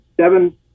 seven